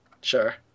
Sure